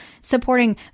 supporting